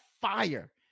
fire